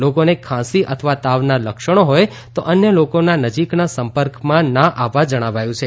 લોકોને ખાંસી અથવા તાવના લક્ષણો હોય તો અન્ય લોકોના નજીકના સંપર્કમાં ના આવવા જણાવાયું છે